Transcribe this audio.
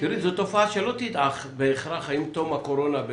תראי, זו תופעה שלא תדעך בהכרח עם תום הקורונה.